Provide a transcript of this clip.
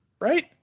Right